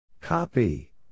Copy